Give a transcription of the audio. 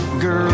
girl